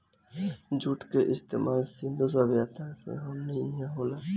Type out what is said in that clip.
जुट के इस्तमाल सिंधु सभ्यता से हमनी इहा होला